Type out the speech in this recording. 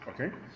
Okay